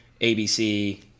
ABC